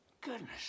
Goodness